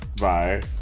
Bye